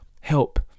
help